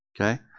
Okay